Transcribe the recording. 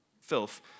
filth